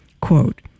Quote